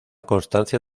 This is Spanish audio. constancia